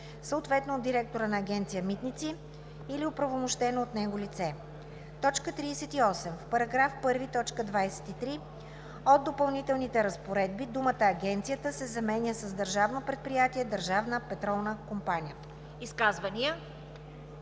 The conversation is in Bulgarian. съответно от директора на Агенция „Митници“ или оправомощено от него лице.“ 38. В § 1, т. 23 от допълнителните разпоредби думата „агенцията“ се заменя с „Държавно предприятие “Държавна петролна компания“.“